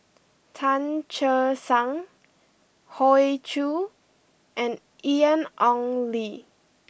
Tan Che Sang Hoey Choo and Ian Ong Li